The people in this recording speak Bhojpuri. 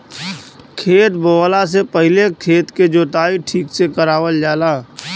खेत बोवला से पहिले खेत के जोताई ठीक से करावल जाला